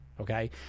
Okay